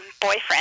boyfriend